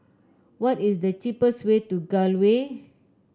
what is the cheapest way to Gul Way